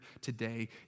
today